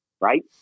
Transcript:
right